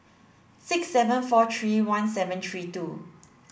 six seven four three one seven three two